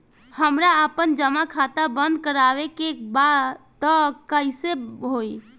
हमरा आपन जमा खाता बंद करवावे के बा त कैसे होई?